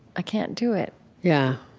i can't do it yeah.